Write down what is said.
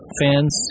fans